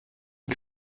die